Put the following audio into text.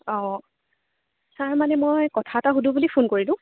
অঁ ছাৰ মানে মই কথা এটা সুধোঁ বুলি ফোন কৰিলোঁ